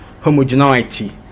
homogeneity